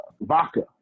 vodka